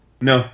No